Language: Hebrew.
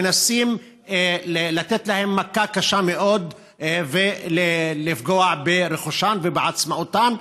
מנסים לתת להם מכה קשה מאוד ולפגוע ברכושן ובעצמאותן.